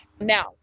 Now